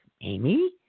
Amy